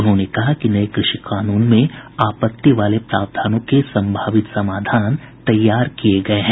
उन्होंने कहा कि नये कृषि कानून में आपत्ति वाले प्रावधानों के संभावित समाधान तैयार किए गए हैं